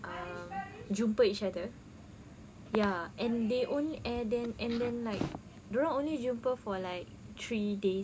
um jumpa each other ya and they only and then like dorang only jumpa for like three days